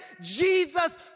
Jesus